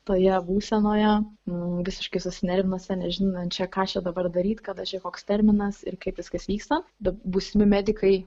toje būsenoje nu visiškai susinervinusią nežinančią ką čia dabar daryt kada čia koks terminas ir kaip viskas vyksta būsimi medikai